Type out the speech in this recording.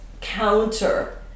counter